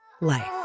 life